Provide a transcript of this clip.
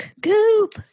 Goop